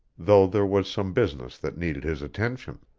though there was some business that needed his attention.